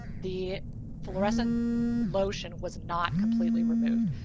the florescent lotion was not completely removed.